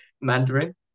Mandarin